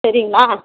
சரிங்களா